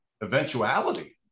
eventuality